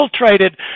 infiltrated